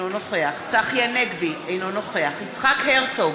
אינו נוכח צחי הנגבי, אינו נוכח יצחק הרצוג,